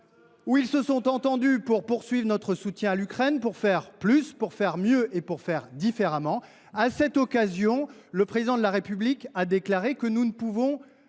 ils se sont entendus pour poursuivre notre soutien à l’Ukraine, pour faire plus, mieux et différemment. À cette occasion, le Président de la République a déclaré que nous ne pouvions